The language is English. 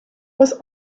was